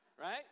Right